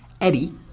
Eddie